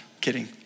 Kidding